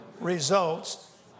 results